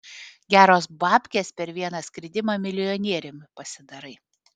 geros babkės per vieną skridimą milijonieriumi pasidarai